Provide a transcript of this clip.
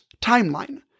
timeline